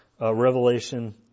Revelation